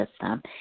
system